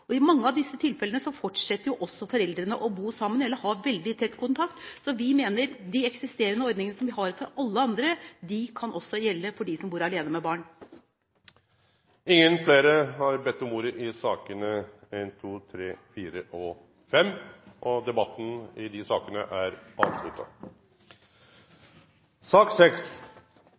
seg. I mange av disse tilfellene fortsetter også foreldrene å bo sammen eller ha veldig tett kontakt, så vi mener de eksisterende ordningene som vi har for alle andre, også kan gjelde for dem som bor alene med barn. Fleire har ikkje bede om ordet til sakane nr. 1–5. Etter ønske frå kyrkje-, utdannings- og forskingskomiteen vil presidenten foreslå at debatten blir avgrensa til 2 timar og